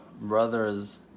brothers